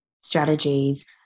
strategies